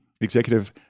executive